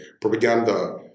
propaganda